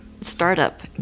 startup